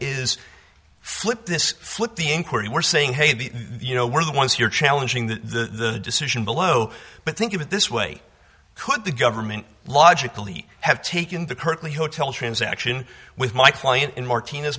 is flip this put the inquiry were saying hey you know we're the ones here challenging the decision below but think of it this way could the government logically have taken the currently hotel transaction with my client in martin